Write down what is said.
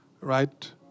Right